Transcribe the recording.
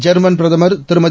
German பிரதமர் திருமதி